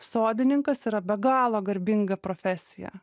sodininkas yra be galo garbinga profesija